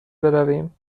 برویم